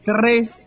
three